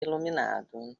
iluminado